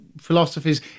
philosophies